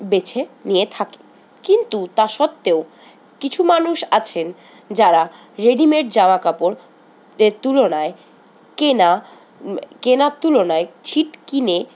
বেছে নিয়ে থাকেন কিন্তু তা সত্ত্বেও কিছু মানুষ আছেন যারা রেডিমেড জামাকাপড়ের তুলনায় কেনা কেনার তুলনায় ছিট কিনে